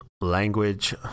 language